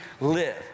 live